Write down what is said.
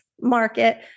market